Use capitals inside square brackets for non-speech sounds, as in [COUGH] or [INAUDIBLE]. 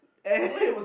and [LAUGHS]